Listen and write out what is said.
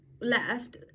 left